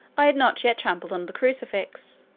i had not yet trampled on the crucifix